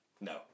No